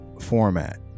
format